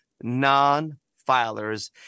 non-filers